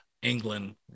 England